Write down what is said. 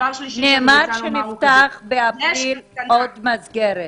נאמר שנפתחה באפריל עוד מסגרת.